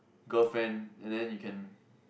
girlfriend and then you can